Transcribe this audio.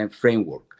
framework